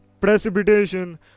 precipitation